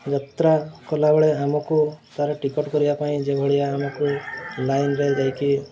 ଯାତ୍ରା କଲାବେଳେ ଆମକୁ ତା'ର ଟିକେଟ୍ କରିବା ପାଇଁ ଯେ ଭଳିଆ ଆମକୁ ଲାଇନ୍ରେ ଯାଇକି